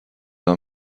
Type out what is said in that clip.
جدا